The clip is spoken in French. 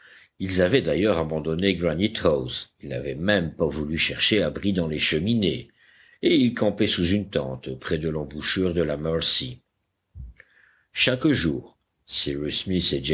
ils avaient d'ailleurs abandonné granite house ils n'avaient même pas voulu chercher abri dans les cheminées et ils campaient sous une tente près de l'embouchure de la mercy chaque jour